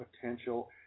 potential